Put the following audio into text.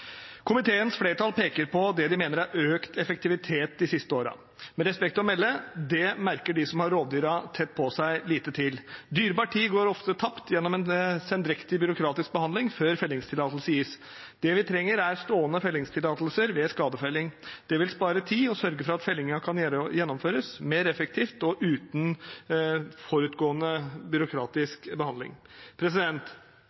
Komiteens flertall peker på det de mener er økt effektivitet de siste årene. Med respekt å melde: Det merker de som har rovdyrene tett på seg, lite til. Dyrebar tid går ofte tapt gjennom en sendrektig byråkratisk behandling før fellingstillatelse gis. Det vi trenger, er stående fellingstillatelser ved skadefelling. Det vil spare tid og sørge for at fellingen kan gjennomføres mer effektivt og uten forutgående